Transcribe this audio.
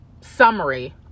summary